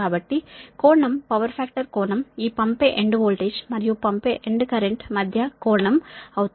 కాబట్టి కోణం power factor కోణం ఈ పంపే ఎండ్ వోల్టేజ్ మరియు పంపే ఎండ్ కరెంట్ మధ్య కోణం అవుతుంది